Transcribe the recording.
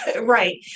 Right